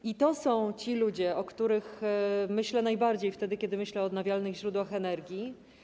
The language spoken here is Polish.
I to są ci ludzie, o których myślę najbardziej, kiedy myślę o odnawialnych źródłach energii.